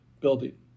building